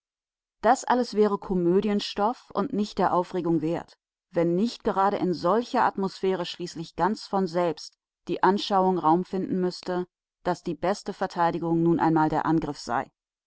das alles wäre komödienstoff und nicht der aufregung wert wenn nicht gerade in solcher atmosphäre schließlich ganz von selbst die anschauung raum finden müßte daß die beste verteidigung nun einmal der angriff sei